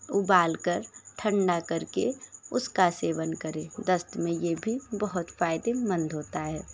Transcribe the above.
उबालकर ठंडा करके उसका सेवन करें दस्त में ये भी बहुत फायेदेमंद होता है